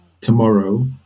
tomorrow